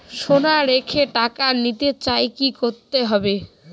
সোনা রেখে টাকা নিতে চাই কি করতে হবে?